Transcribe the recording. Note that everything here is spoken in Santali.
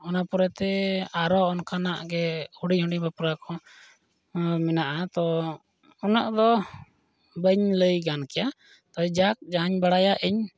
ᱚᱱᱟ ᱯᱚᱨᱮᱛᱮ ᱟᱨᱦᱚᱸ ᱚᱱᱠᱟᱱᱟᱜᱼᱜᱮ ᱦᱩᱰᱤᱧ ᱦᱩᱰᱤᱧ ᱵᱟᱯᱞᱟ ᱠᱚ ᱢᱮᱱᱟᱜᱼᱟ ᱛᱚ ᱩᱱᱟᱹᱜ ᱫᱚ ᱵᱟᱹᱧ ᱞᱟᱹᱭ ᱜᱟᱱ ᱠᱮᱭᱟ ᱛᱚ ᱡᱟᱠ ᱡᱟᱦᱟᱧ ᱵᱟᱲᱟᱭᱟ ᱤᱧ